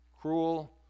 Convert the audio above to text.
Cruel